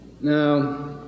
Now